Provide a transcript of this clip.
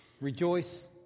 Rejoice